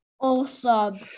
Awesome